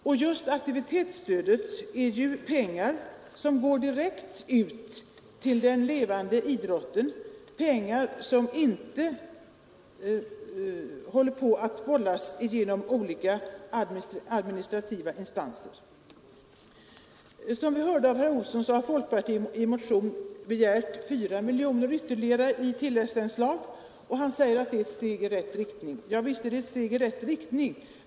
Och just aktivitetsstödet är ju pengar som går direkt ut till den levande idrotten, pengar som inte bollas genom olika administrativa instanser. Som vi hörde av herr Olsson i Kil har folkpartiet i motion begärt 4 miljoner ytterligare i tilläggsanslag, och herr Olsson säger att det är ett steg i rätt riktning. Ja, visst är det ett steg i rätt riktning.